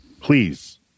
Please